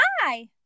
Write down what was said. hi